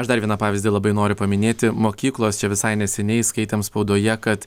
aš dar vieną pavyzdį labai noriu paminėti mokyklos čia visai neseniai skaitėm spaudoje kad